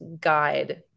guide